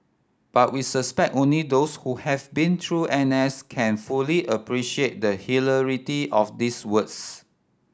but we suspect only those who have been through N S can fully appreciate the hilarity of these words